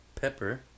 pepper